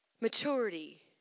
Maturity